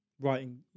writing